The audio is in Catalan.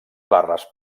barres